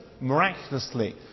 miraculously